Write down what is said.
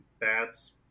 bats